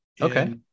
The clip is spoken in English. okay